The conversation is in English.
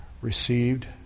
received